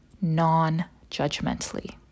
non-judgmentally